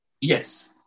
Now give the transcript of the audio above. Yes